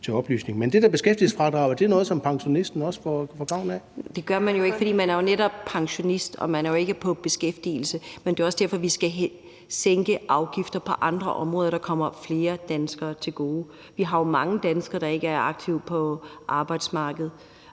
Ellemann): Ordføreren. Kl. 14:34 Katarina Ammitzbøll (KF): Det gør man jo ikke, netop fordi man er pensionist og man jo ikke er i beskæftigelse. Men det er også derfor, at vi skal sænke afgifter på andre områder, der kommer flere danskere til gode. Vi har jo mange danskere, der ikke er aktive på arbejdsmarkedet,